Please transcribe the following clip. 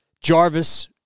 Jarvis